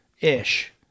ish